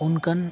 ᱚᱱᱠᱟᱱ